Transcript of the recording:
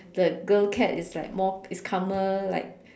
the girl cat is like more is calmer like